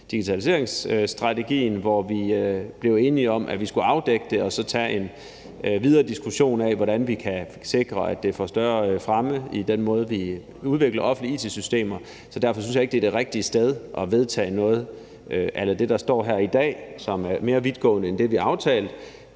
digitaliseringsstrategien, hvor vi blev enige om, at vi skulle afdække det og så tage en videre diskussion af, hvordan vi kan sikre, at det får en større fremme i den måde, vi udvikler offentlige it-systemer på. Så derfor synes jeg ikke, det er det rigtige sted at vedtage noget a la det, der står her i dag, som er mere vidtgående end det, vi har aftalt,